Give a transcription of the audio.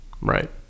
right